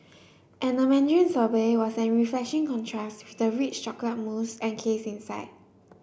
and the mandarin sorbet was a refreshing contrast with the rich chocolate mousse encase inside